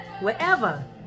Wherever